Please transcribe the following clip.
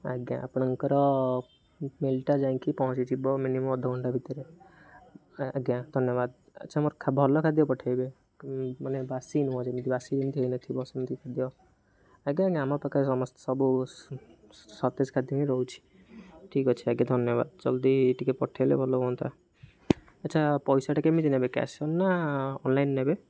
ଆଜ୍ଞା ଆପଣଙ୍କର ମିଲ୍ଟା ଯାଇକି ପହଞ୍ଚିଯିବ ମିନିମମ୍ ଅଧଘଣ୍ଟା ଭିତରେ ଆଜ୍ଞା ଧନ୍ୟବାଦ ଆଚ୍ଛା ମୋର ଭଲ ଖାଦ୍ୟ ପଠାଇବେ ମାନେ ବାସି ଯେମିତି ବାସି ଯେମିତି ହେଇନଥିବ ସେମିତି ଖାଦ୍ୟ ଆଜ୍ଞା ଆଜ୍ଞା ଆମ ପାଖରେ ସମସ୍ତେ ସବୁ ସତେଜ ଖାଦ୍ୟ ହିଁ ରହୁଛିି ଠିକ୍ ଅଛି ଆଜ୍ଞା ଧନ୍ୟବାଦ ଜଲ୍ଦି ଟିକେ ପଠାଇଲେ ଭଲ ହୁଅନ୍ତା ଆଚ୍ଛା ପଇସାଟା କେମିତି ନେବେ କ୍ୟାସ୍ ନା ଅନ୍ଲାଇନ୍ ନେବେ